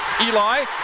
Eli